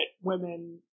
women